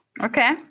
Okay